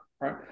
right